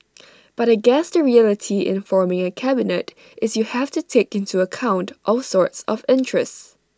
but I guess the reality in forming A cabinet is you have to take into account all sorts of interests